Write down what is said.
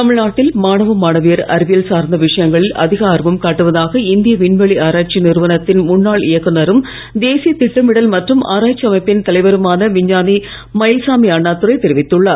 தமிழ்நாட்டில் மாணவ மாணவியர் அறிவியல் சார்ந்த விஷயங்களில் அதிக ஆர்வம் காட்டுவதாக இந்திய விண்வெளி ஆராய்ச்சி நிறுவனத்தின் முன்னாள் இயக்குநரும் தேசிய திட்டமிடல் மற்றும் ஆராய்ச்சி அமைப்பின் தலைவருமான விஞ்ஞானி மயில்சாமி அண்ணாதுரை தெரிவித்துள்ளார்